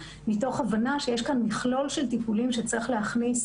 מתוך הבנה שיש כאן מכלול של טיפולים שצריך להכניס